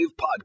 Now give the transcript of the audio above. Podcast